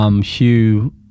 Hugh